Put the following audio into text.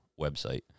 website